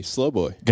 Slowboy